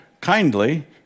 kindly